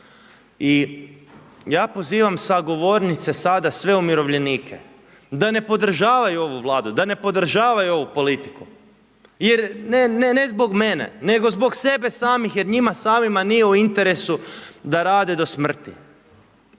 Ja pozivam sa govornice sve umirovljenike da ne podržavaju ovu Vladu, da ne podržavaju ovu politiku jer ne zbog mene, nego zbog sebe samih jer njima samima nije u interesu da rade do smrti.